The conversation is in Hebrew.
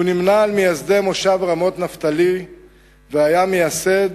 הוא נמנה עם מייסדי מושב רמות-נפתלי והיה מייסד